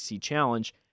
Challenge